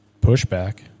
pushback